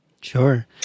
Sure